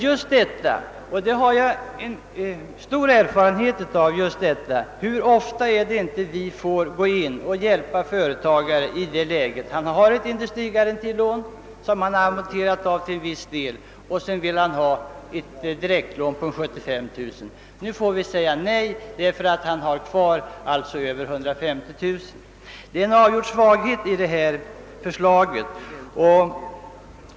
Jag har en stor erfarenhet av att vi ofta får gå in och hjälpa företagare i ett sådant läge. Eftersom han har kvar att amortera över 150 000 kronor, måste vi säga nej. Det är en avgjord svaghet i detta förslag.